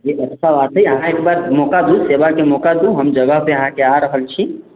जी हमेशा आते हैं एकबार मौका दू सेवा के मौका दू हम आ रहल छी